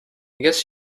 guess